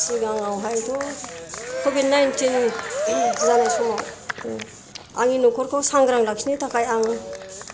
सिगाङाव हायथ' कभिद नाइनथिन जानाय समाव आंनि न'खरखौ सांग्रां लाखिनो थाखाय आं